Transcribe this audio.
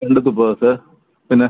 രണ്ട് തുപ്പ ദോശ പിന്നെ